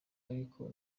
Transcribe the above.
ariko